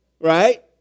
Right